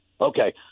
Okay